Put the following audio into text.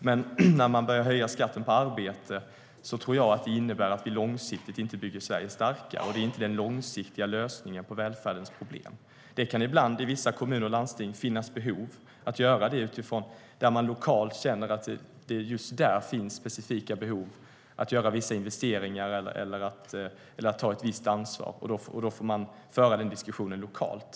Men när man börjar höja skatten på arbete tror jag att det innebär att vi långsiktigt inte bygger Sverige starkt. Det är inte den långsiktiga lösningen på välfärdens problem. Det kan ibland i vissa kommuner och landsting finnas behov av att höja skatten där man lokalt känner att det just där finns specifika behov av att göra vissa investeringar eller att ta ett visst ansvar. Då får man föra diskussionen lokalt.